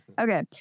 Okay